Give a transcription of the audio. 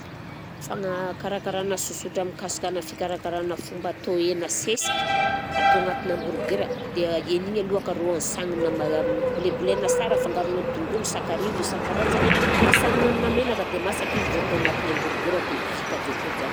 Fagna- karakarana sosotra mikasikanà fikarakarana fomba atao hena sesika, atao agnatina hamburger a, dia hena igny alohaka rô ansagnina maia- bolebolena sara, afangaronao dongolo, sakarivo, isan-karazagny a, ansagnina aminà menaka dia masaka izy vao atao agnatin'ny hamburger dia vita avy akeo jany.